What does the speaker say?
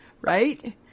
Right